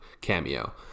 cameo